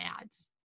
ads